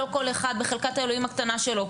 לא כל אחד בחלקת האלוהים הקטנה שלו,